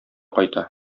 кайта